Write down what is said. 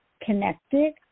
connected